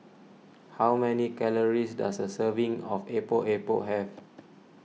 how many calories does a serving of Epok Epok have